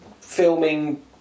filming